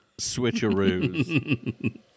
switcheroos